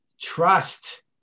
trust